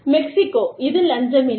Mexico இதில் லஞ்சம் இல்லை